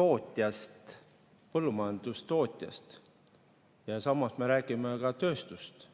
tootjast, põllumajandustootjast. Samas me räägime ka tööstusest,